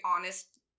honest